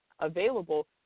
available